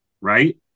right